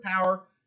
power